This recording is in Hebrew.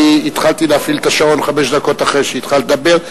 אני התחלתי להפעיל את השעון חמש דקות אחרי שהתחלת לדבר.